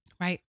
right